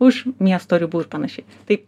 už miesto ribų ir panašiai tai